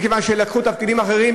לקחו תפקידים אחרים,